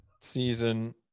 season